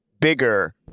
bigger